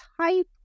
type